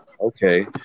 okay